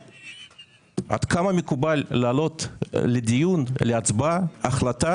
עד כמה מקובל בסוף הדיון להצביע על החלטה